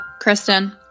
Kristen